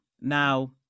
Now